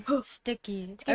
Sticky